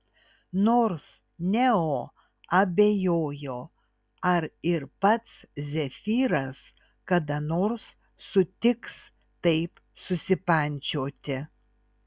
nors neo abejojo ar ir pats zefyras kada nors sutiks taip susipančioti